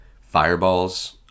fireballs